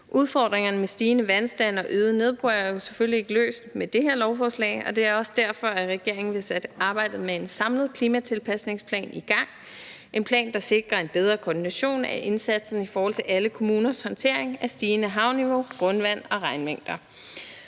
Udfordringerne med stigende vandstand og øget nedbør er selvfølgelig ikke løst med det her lovforslag, og det er også derfor, at regeringen vil sætte arbejdet med en samlet klimatilpasningsplan i gang, en plan, der sikrer en bedre koordination af indsatsen i forhold til alle kommuners håndtering af stigende havniveau, grundvand og regnmængder.